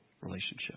relationship